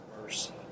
mercy